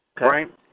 right